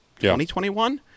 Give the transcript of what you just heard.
2021